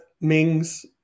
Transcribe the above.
Mings